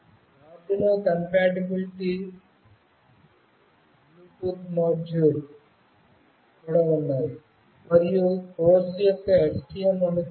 Arduino compatible Bluetooth modules కూడా ఉన్నాయి మరియు కోర్సు యొక్క STM అనుకూలత